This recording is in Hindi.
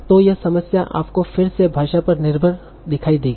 तो यह समस्या आपको फिर से भाषा पर निर्भर दिखाई देगी